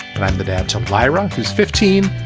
and i'm the dad, some lyra, who's fifteen,